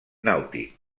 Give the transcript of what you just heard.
nàutic